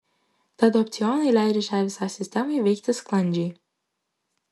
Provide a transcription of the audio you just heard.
tad opcionai leidžia šiai visai sistemai veikti sklandžiai